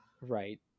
Right